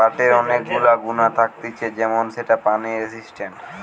পাটের অনেক গুলা গুণা থাকতিছে যেমন সেটা পানি রেসিস্টেন্ট